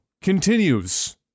continues